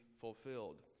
fulfilled